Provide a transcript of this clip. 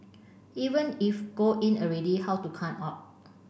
even if go in already how to come out